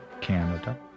Canada